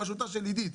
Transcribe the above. בראשותה של עידית,